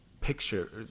picture